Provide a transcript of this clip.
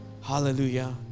Hallelujah